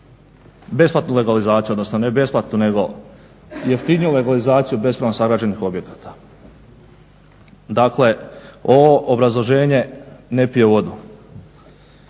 besplatnu legalizaciju odnosno ne besplatnu nego jeftiniju legalizaciju bespravno sagrađenih objekta. Dakle, ovo obrazloženje ne pije vodu.